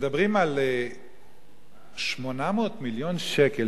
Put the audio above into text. כשמדברים על 800 מיליון שקל,